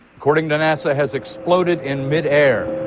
according to nasa, has exploded in midair